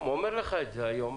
הוא אומר לך את זה היום,